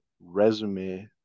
resume